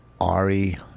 Ari